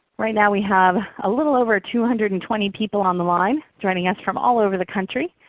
right now we have a little over two hundred and twenty people on the line joining us from all over the country.